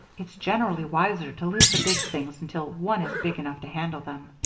it's generally wiser to leave the big things until one is big enough to handle them.